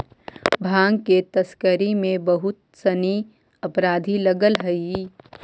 भाँग के तस्करी में बहुत सनि अपराधी लगल हइ